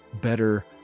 better